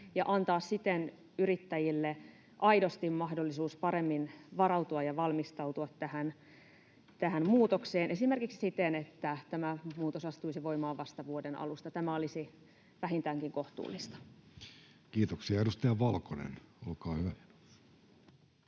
ja antaa siten yrittäjille aidosti mahdollisuuden paremmin varautua ja valmistautua tähän muutokseen esimerkiksi siten, että tämä muutos astuisi voimaan vasta vuoden alusta. Tämä olisi vähintäänkin kohtuullista. [Speech 92] Speaker: Jussi